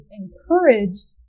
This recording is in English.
encouraged